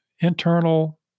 internal